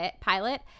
pilot